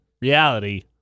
reality